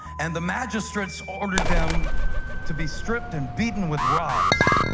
and the magistrates ordered them to be stripped and beaten with rods.